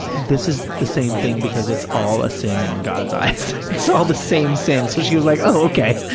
this is the same thing because it's all a sin in god's eyes, it's so all the same sin. so, she was like, oh, okay.